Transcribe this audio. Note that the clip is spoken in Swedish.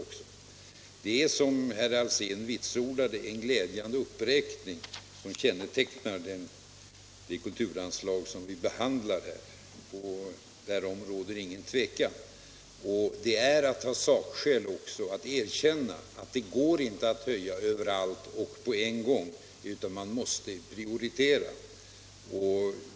Det är, som herr Alsén vitsordade, en glädjande uppräkning som kännetecknar det kulturanslag som vi behandlar här. Därom råder inget tvivel. Det är också att ta sakskäl att erkänna att det inte går att höja överallt och på en gång utan att man måste prioritera.